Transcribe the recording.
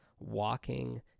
Walking